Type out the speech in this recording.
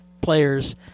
players